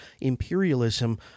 imperialism